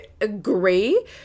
agree